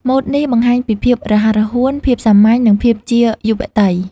ម៉ូតនេះបង្ហាញពីភាពរហ័សរហួន ភាពសាមញ្ញ និងភាពជាយុវតី។